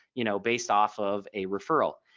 you know based off of a referral.